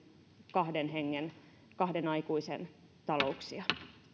kahden hengen kahden aikuisen talouksia